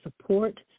support